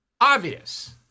Obvious